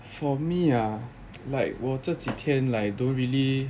for me ah like 我这几天 like don't really